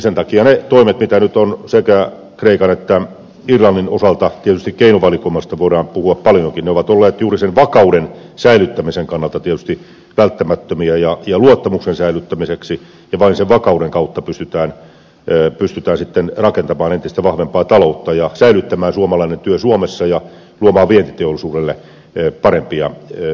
sen takia ne toimet mitä nyt on sekä kreikan että irlannin osalta tietysti keinovalikoimasta voidaan puhua paljonkin ovat olleet juuri sen vakauden ja luottamuksen säilyttämisen kannalta tietysti välttämättömiä ja vain sen vakauden kautta pystytään rakentamaan entistä vahvempaa taloutta ja säilyttämään suomalainen työ suomessa ja luomaan vientiteollisuudelle parempia toimintaedellytyksiä